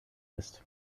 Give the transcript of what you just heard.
ist